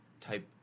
type